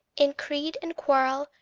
in creed and quarrel,